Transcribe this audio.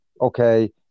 okay